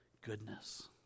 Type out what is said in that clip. goodness